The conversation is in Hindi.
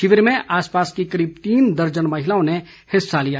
शिविर में आसपास की करीब तीन दर्जन महिलाओं ने भाग लिया